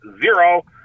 zero